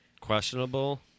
questionable